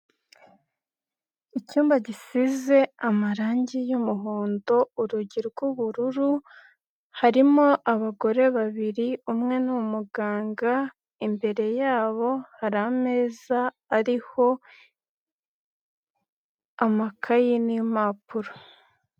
Icyumba gisize amarangi y'umuhondo, urugi rw'ubururu harimo abagore babiri umwe ni umuganga imbere yabo hari ameza ariho amakayi n'impapuro.